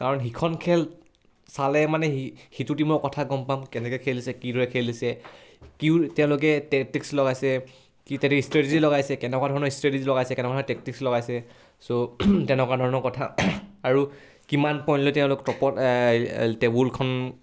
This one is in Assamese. কাৰণ সিখন খেল চালে মানে সিটো টীমৰ কথা গম পাম কেনেকৈ খেলিছে কিদৰে খেলিছে কি তেওঁলোকে টেকটিক্স লগাইছে কি তেহেতি ষ্ট্ৰেটেজি লগাইছে কেনেকুৱা ধৰণৰ ষ্ট্ৰেটেজি লগাইছে কেনেকুৱা ধৰণৰ টেকটিক্স লগাইছে চ' তেনেকুৱা ধৰণৰ কথা আৰু কিমান পইণ্ট লৈ তেওঁলোক টপত টেবুলখন